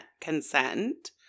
consent